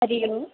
हरिः ओम्